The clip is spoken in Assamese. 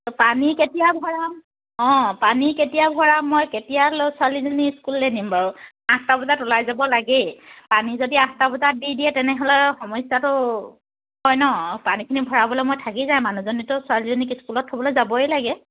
পানী কেতিয়া ভৰাম অঁ পানী কেতিয়া ভৰাম মই কেতিয়া ছোৱালীজনী স্কুললে নিম বাৰু আঠটা বজাত ওলাই যাব লাগেই পানী যদি আঠটা বজাত দি দিয়ে তেনেহ'লে সমস্যাটো হয় ন পানীখিনি ভৰাবলৈ মই থাকি যায় মানুহজনীতো ছোৱালীজনীক স্কুলত থ'বলৈ যাবই লাগে